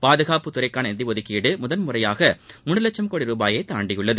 பாதுகாப்பு துறைக்கான நிதி ஒதுக்கீடு முதன் முறையாக மூன்று லட்சும் கோடி ரூபாயை தாண்டியுள்ளது